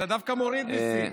זה דווקא מוריד מיסים.